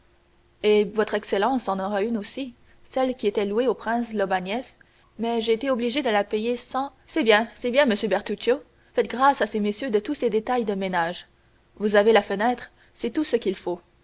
et votre excellence en a une aussi celle qui était louée au prince lobanieff mais j'ai été obligé de la payer cent c'est bien c'est bien monsieur bertuccio faites grâce à ces messieurs de tous ces détails de ménage vous avez la fenêtre c'est tout ce qu'il faut